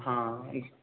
हाँ